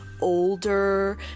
older